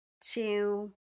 Two